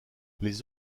les